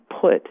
put